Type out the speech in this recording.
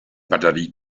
batterie